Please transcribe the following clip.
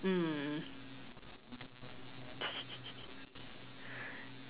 mm